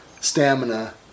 stamina